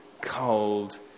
cold